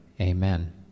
amen